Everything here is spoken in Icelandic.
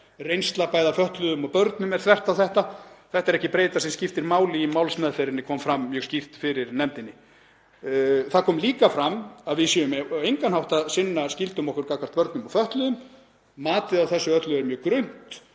reynsla bæði af fötluðum og börnum er þvert á þetta. Þetta er ekki breyta sem skiptir máli í málsmeðferðinni, það kom mjög skýrt fram fyrir nefndinni. Það kom líka fram að við séum á engan hátt að sinna skyldum okkar gagnvart börnum og fötluðum, matið á þessu öllu er mjög grunnt.